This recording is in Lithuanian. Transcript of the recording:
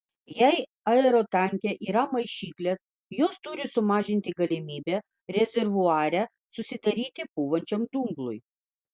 jei aerotanke yra maišyklės jos turi sumažinti galimybę rezervuare susidaryti pūvančiam dumblui